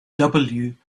can